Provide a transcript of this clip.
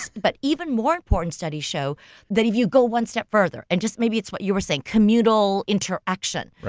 but even more important studies show that if you go one step further and just maybe it's what you were saying, communal interaction,